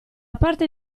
parte